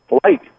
Flight